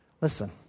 Listen